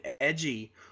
edgy